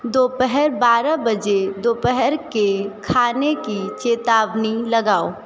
दोपहर बारह बजे दोपहर के खाने की चेतावनी लगाओ